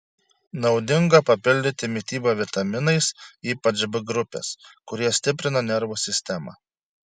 naudinga papildyti mitybą vitaminais ypač b grupės kurie stiprina nervų sistemą